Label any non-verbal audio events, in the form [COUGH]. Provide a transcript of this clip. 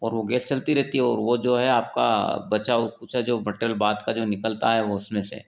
और वो गैस चलती रहती है और वो जो है आपका बचा खुचा जो [UNINTELLIGIBLE] का जो निकलता है वो उसमें से